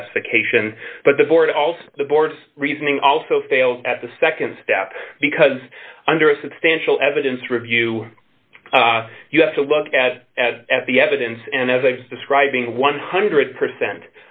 specification but the board also the board's reasoning also fails at the nd step because under a substantial evidence review you have to look at as at the evidence and as a describing one hundred percent